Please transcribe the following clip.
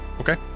Okay